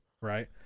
Right